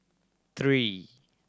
three